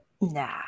Nah